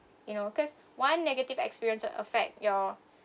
you know cause one negative experience affect your